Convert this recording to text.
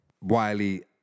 Wiley